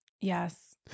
Yes